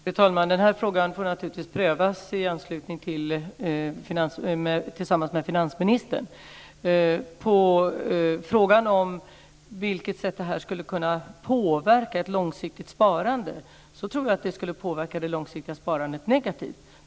Fru talman! Den här frågan får naturligtvis prövas tillsammans med finansministern. Frågan var på vilket sätt det skulle kunna påverka ett långsiktigt sparande. Jag tror att det skulle påverka det långsiktiga sparandet negativt.